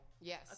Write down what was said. yes